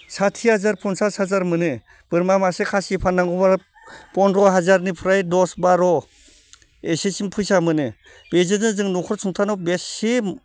साथि हाजार पन्सास हाजार मोनो बोरमा मासे खासि फाननांगौब्ला पन्द्र' हाजारनिफ्राय दस बार' एसेसिम फैसा मोनो बेजोंनो जों न'खर संसाराव बेसे